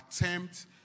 attempt